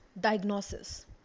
diagnosis